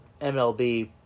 MLB